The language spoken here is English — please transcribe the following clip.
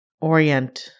orient